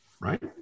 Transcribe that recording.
Right